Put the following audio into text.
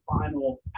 final